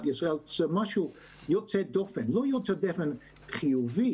ישראל משהו יוצא דופן לא יוצא דופן חיובי,